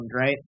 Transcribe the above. right